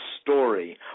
story